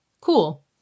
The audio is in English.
cool